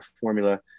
formula